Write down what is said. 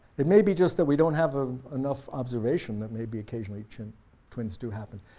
it may be just that we don't have ah enough observation that maybe occasionally chimp twins do happen,